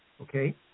okay